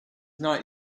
not